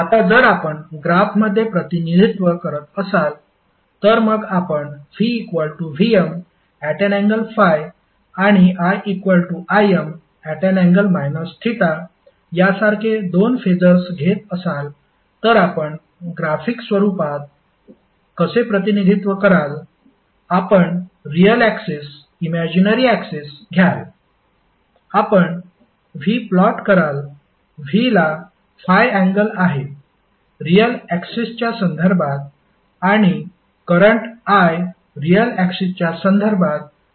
आता जर आपण ग्राफ मध्ये प्रतिनिधित्व करत असाल तर मग आपण VVm∠∅ आणि IIm∠ θ यासारखे दोन फेसर्स घेत असाल तर आपण ग्राफिक स्वरुपात कसे प्रतिनिधित्व कराल आपण रिअल ऍक्सिस इमॅजीनरी ऍक्सिस घ्याल आपण V प्लॉट कराल V ला ∅ अँगल आहे रिअल ऍक्सिसच्या संदर्भात आणि करंट I रिअल ऍक्सिसच्या संदर्भात θ आहे